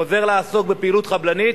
הוא חוזר לעסוק בפעילות חבלנית,